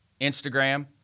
Instagram